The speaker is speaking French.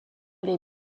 les